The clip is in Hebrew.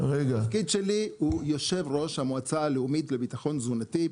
התפקיד שלי הוא יושב ראש המועצה הלאומית לביטחון תזונתי,